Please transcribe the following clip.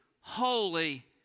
holy